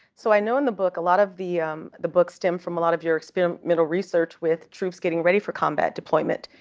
so i know in the book a lot of the the book stem from a lot of your experimental research with troops getting ready for combat deployment.